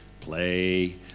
play